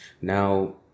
Now